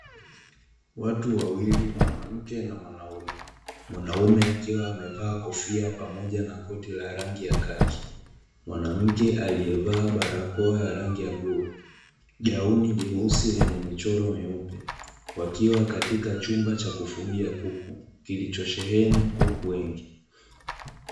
Watu wawili, mwanamke na mwanaume. Mwanaume akiwa amevaa kofia, pamoja na koti ya rangi ya kaki, mwanamke aliyevaa barakoa yenye rangi ya bluu, gauni jeusi lenye michoro meupe. Wakiwa katika chumba cha kufugia kuku, kilichosheheni kuku wengi.